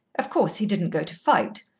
of course, he didn't go to fight,